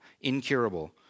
incurable